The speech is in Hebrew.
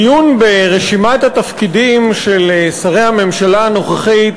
עיון ברשימת התפקידים של שרי הממשלה הנוכחית